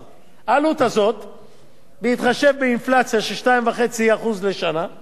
בהתחשב באינפלציה של 2.5% לשנה על 120 מיליון,